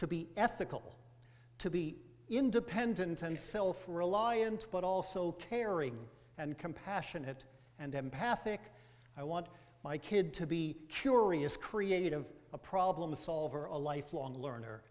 to be ethical to be independent and self reliant but also caring and compassionate and empathic i want my kid to be curious creative a problem solver a lifelong learner